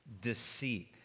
deceit